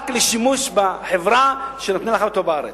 רק לשימוש בחברה שנתנה לך אותו בארץ.